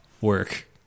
work